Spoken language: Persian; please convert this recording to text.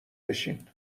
بشین